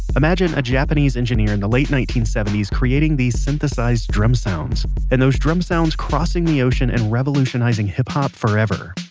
imagine a japanese engineer in the late nineteen seventy s creating these synthesized drum sounds and those drum sounds crossing the ocean and revolutionizing hip hop forever.